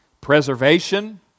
preservation